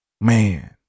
Man